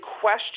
question